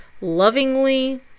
lovingly